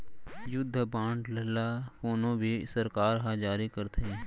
युद्ध बांड ल कोनो भी सरकार ह जारी करथे